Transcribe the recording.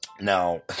Now